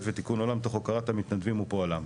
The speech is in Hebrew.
ותיקון עולם תוך הוקרת המתנדבים ופועלם.